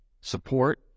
support